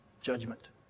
judgment